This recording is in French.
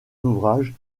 ouvrages